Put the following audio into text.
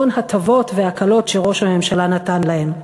המון הטבות והקלות שראש הממשלה נתן להם.